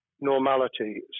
normality